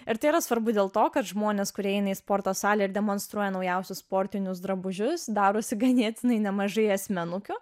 ir tai yra svarbu dėl to kad žmonės kurie eina į sporto salę ir demonstruoja naujausius sportinius drabužius darosi ganėtinai nemažai asmenukių